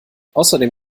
außerdem